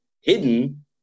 hidden